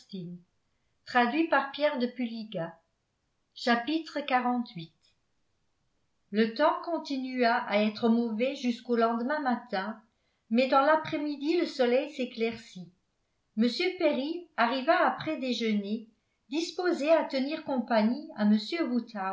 le temps continua à être mauvais jusqu'au lendemain matin mais dans l'après-midi le soleil s'éclaircit m perry arriva après déjeuner disposé à tenir compagnie à